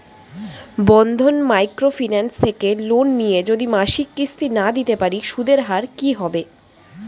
বন্ধন micro finance থেকে loan নিয়ে যদি মাসিক কিস্তি না দিতে পারি সুদের হার কি হবে?